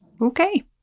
Okay